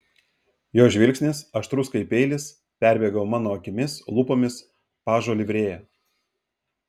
jo žvilgsnis aštrus kaip peilis perbėgo mano akimis lūpomis pažo livrėja